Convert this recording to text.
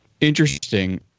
Interesting